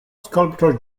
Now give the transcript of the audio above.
sculptor